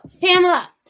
Pamela